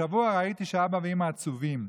השבוע ראיתי שאבא ואימא עצובים.